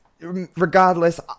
Regardless